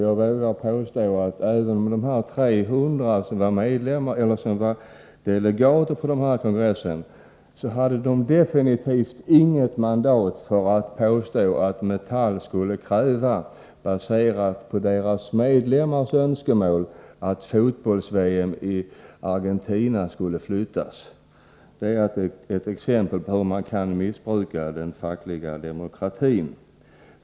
Jag vågar påstå att dessa 300 som var delegater vid kongressen definitivt inte hade något mandat baserat på medlemmarnas önskemål för att Metallarbetareförbundet skulle kräva att VM i fotboll skulle flyttas från Argentina. Detta är exempel på hur man kan missbruka den fackliga demokratin.